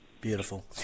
beautiful